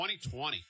2020